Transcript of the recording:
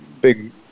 big